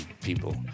people